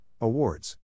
Awards